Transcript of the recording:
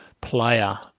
player